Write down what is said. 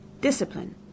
Discipline